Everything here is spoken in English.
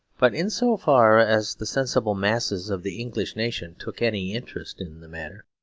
but in so far as the sensible masses of the english nation took any interest in the matter,